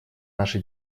наши